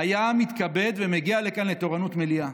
היה מתכבד ומגיע לכאן לתורנות מליאה.